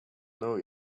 know